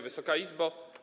Wysoka Izbo!